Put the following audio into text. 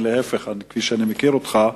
כפי שאני מכיר אותך,